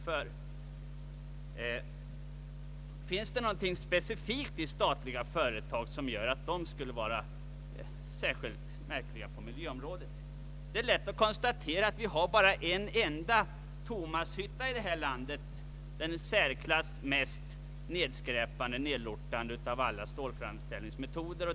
Finns det något specifikt i statliga företag som gör att de skulle vara särskilt märkliga på miljöområdet? Det är lätt att konstatera att vi bara har en enda Thomashytta i det här landet, den i särklass mest nedskräpande av alla stålframställningsmetoder.